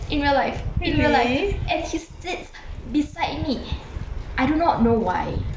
in real life in real life and he sits besides me I do not know why